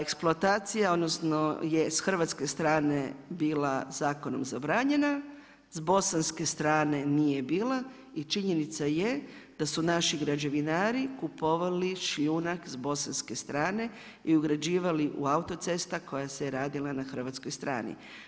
Eksploatacija, odnosno, je s Hrvatske strane je bila zakonom zabranjena, s Bosanke strane nije bila i činjenica je, da su naši građevinari kupovali šljunak s Bosanske strane i ugrađivali u autoceste koja se je radila na hrvatskoj strani.